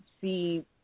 see